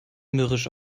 mürrisch